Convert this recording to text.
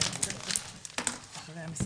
בזמן הקורונה ולאחריה במענים הרגשיים